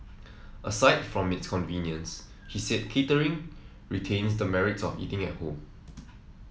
aside from its convenience she said catering retains the merits of eating at home